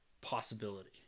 possibility